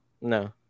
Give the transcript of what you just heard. No